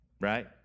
right